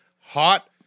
Hot